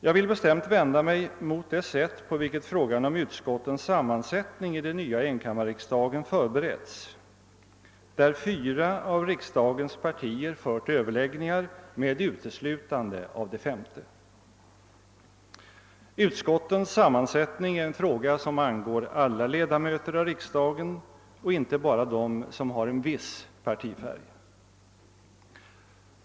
Jag vill bestämt vända mig mot det sätt på vilket frågan om utskottens sammansättning i den nya enkammarriksdagen förberetts, där fyra av riksdagens partier fört överläggningar med utelutande av det femte. Utskottens sammansättning är en fråga som angår alla ledamöter av riksdagen och inte bara dem som har en viss partifärg.